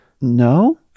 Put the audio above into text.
No